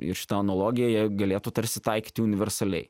ir šitą analogiją jie galėtų tarsi taikyti universaliai